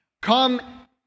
Come